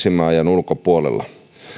pesimäajan ulkopuolella